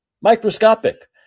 microscopic